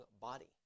body